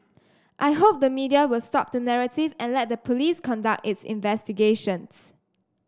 I hope the media will stop the narrative and let the police conduct its investigations